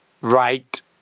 right